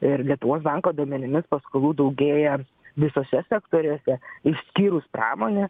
ir lietuvos banko duomenimis paskolų daugėja visuose sektoriuose išskyrus pramonę